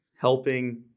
helping